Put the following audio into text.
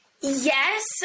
Yes